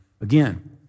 Again